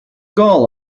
goal